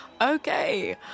Okay